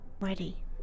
Ready